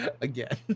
again